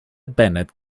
bennet